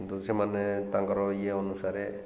କିନ୍ତୁ ସେମାନେ ତାଙ୍କର ଇଏ ଅନୁସାରେ